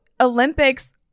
olympics